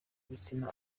ibitsina